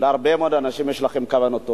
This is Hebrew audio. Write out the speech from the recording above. ולהרבה מאוד אנשים יש כוונות טובות.